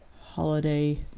holiday